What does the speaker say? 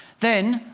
then,